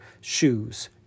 shoes